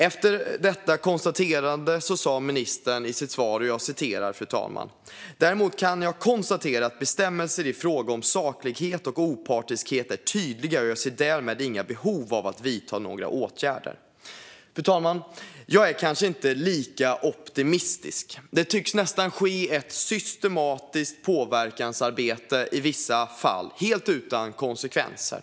Efter detta konstaterande sa ministern i sitt svar: "Däremot kan jag konstatera att bestämmelserna i fråga om saklighet och opartiskhet är tydliga, och jag ser därmed inget behov av att vidta några åtgärder." Fru talman! Jag är kanske inte lika optimistisk. Det tycks ske ett nästan systematiskt påverkansarbete i vissa fall, helt utan konsekvenser.